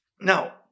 Now